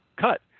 cut